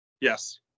Yes